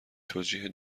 توجیه